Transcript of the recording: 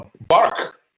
bark